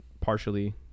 partially